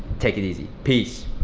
take it easy, peace.